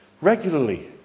regularly